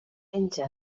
penja